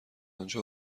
آنجا